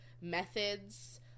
methods